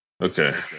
Okay